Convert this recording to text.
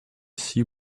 see